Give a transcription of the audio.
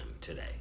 today